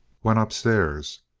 went upstairs.